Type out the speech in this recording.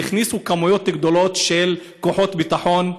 והכניסו כמויות גדולות של כוחות הביטחון,